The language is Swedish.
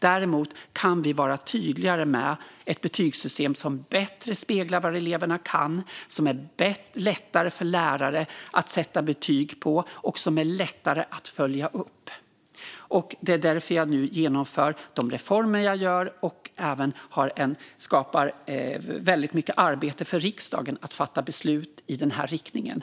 Däremot kan vi vara tydligare med ett betygssystem som bättre speglar vad eleverna kan, som är lättare för lärare att sätta betyg med och som är lättare att följa upp. Det är därför jag nu genomför de reformer jag gör och även skapar väldigt mycket arbete för riksdagen när det gäller att fatta beslut i den här riktningen.